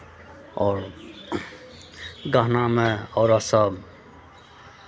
आओर गहनामे औरतसभ